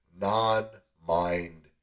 non-mind